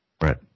Right